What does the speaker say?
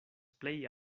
plej